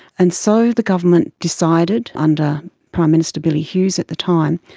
and so the government decided, under prime minister billy hughes at the time,